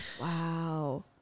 Wow